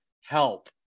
help